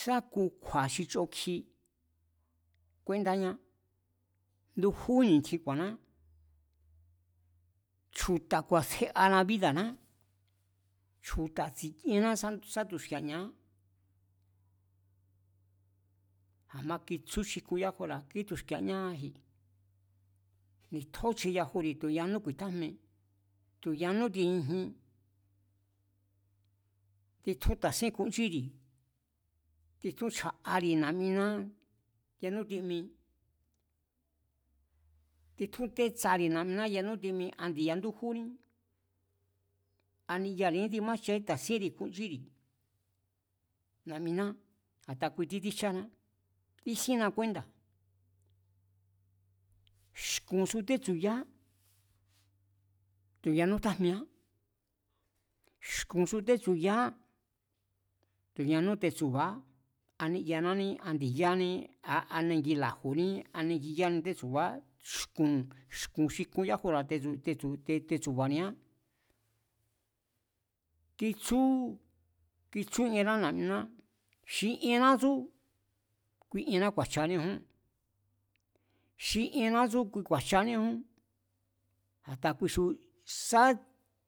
Sá ngu kju̱a̱ xi chokji kúéndáñá ndujújín ni̱tjin ku̱a̱nná, chju̱ta̱ ku̱a̱tsjeana bída̱ná, chju̱ta̱ tsi̱kienna sá tu̱xki̱e̱a̱ ña̱án. A̱ma kitsú xi jkun yajura̱ kí tu̱xki̱e̱a̱ ñáíji, ni̱tjóche yajuri̱ tu̱ ñanú ku̱i̱tjájme, tu̱ yanú tinijñi, titjún ka̱síén jkunchíri̱, titjún chja̱'ari̱ na̱'miná yanú timi, titjún tétsari̱ na̱'miná yanú timi a ndi̱ya ndújúní, a niyari̱ní timájchají, ta̱síénri̱ jkunchíri̱ na̱'miná a̱nda kui títsíjcháná tísínná kúénda̱, xku̱nsu tétsu̱yaá tu̱yanú tjájmieá, ku̱nsu tétsu̱yaá tu̱ ñanú tetsu̱ba̱á, a niyananí a ndi̱yání a enengi la̱ju̱ní nengi yani tétsu̱ba̱á xku̱n, xku̱n xi jkun yajura̱ tetsu̱ba̱nián, titsúú, titsú ienrá na̱'miná xi ienná tsú kui ienná ku̱a̱jchaníjún, xi ienná tsú kui ku̱a̱jchaníjún, a̱ta kui xu, sá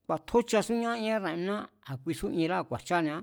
ku̱a̱tjóchasúñá ienrá na̱'miná, a̱ kuisú ienrába̱ ku̱a̱jchaniá